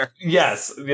Yes